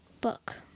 book